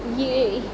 इहे